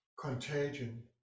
Contagion